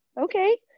okay